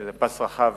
שזה פס רחב